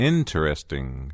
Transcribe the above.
Interesting